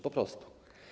Po prostu.